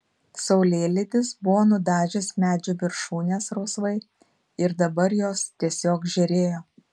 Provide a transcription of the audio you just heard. saulėlydis buvo nudažęs medžių viršūnes rausvai ir dabar jos tiesiog žėrėjo